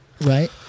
right